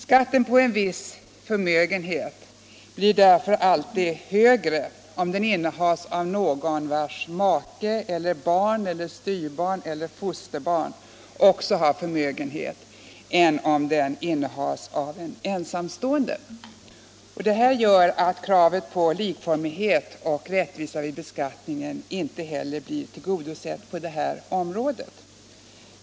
Sktten på en viss förmögenhet blir därför alltid högre om förmögenheten innehas av någon vars make, barn, styvbarn eller fosterbarn också har förmögenhet än om den innehas av en ensamstående. Detta gör att kravet på likformighet och rättvisa vid beskattningen inte heller blir tillgodosett på det här området.